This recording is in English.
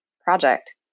project